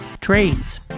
trades